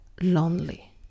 lonely